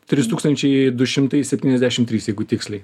trys tūkstančiai du šimtai septyniasdešim trys jeigu tiksliai